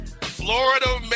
Florida